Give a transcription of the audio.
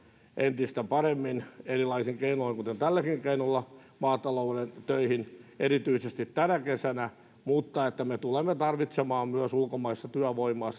entistä paremmin erilaisin keinoin kuten tälläkin keinolla maatalouden töihin erityisesti tänä kesänä mutta me tulemme tarvitsemaan myös ulkomaista työvoimaa